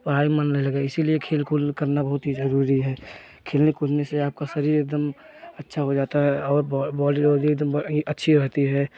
पढ़ाई में मन नहीं लगेगा इसीलिए खेल कूद करना बहुत ही ज़रूरी है खेलने कूदने से आपका शरीर एक दम अच्छा हो जाता है और बॉडी बॉडी एक दम बहुत ही अच्छी रहती है